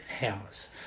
House